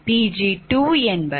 95MW Pg2 185